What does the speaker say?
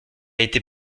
été